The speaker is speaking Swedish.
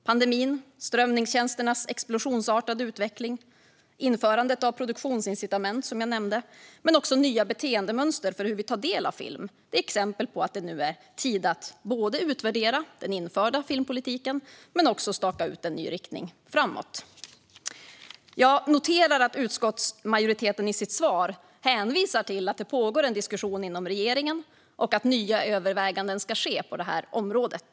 Pandemin, strömningstjänsternas explosionsartade utveckling, införandet av produktionsincitament och nya beteendemönster för hur vi tar del av film är exempel på att det nu är tid att både utvärdera den förda filmpolitiken och staka ut en ny riktning framåt. Jag noterar att utskottsmajoriteten i sitt svar hänvisar till att det pågår en diskussion inom regeringen och att nya överväganden ska ske på detta område.